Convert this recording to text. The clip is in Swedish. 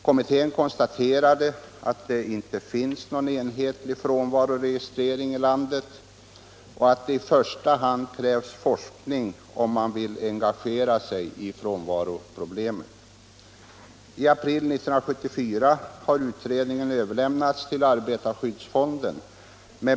Kommittén konstaterade att det inte finns någon enhetlig frånvaroregistrering i landet och att det i första hand krävs forskning om man vill engagera sig i frånvaroproblemet.